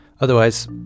Otherwise